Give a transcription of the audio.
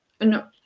No